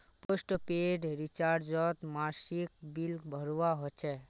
postpaid रिचार्जोत मासिक bill भरवा होचे